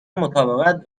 مطابقت